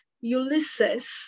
Ulysses